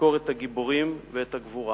לזכור את הגיבורים ואת הגבורה,